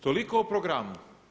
Toliko o programu.